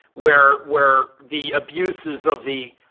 where where the abuses of the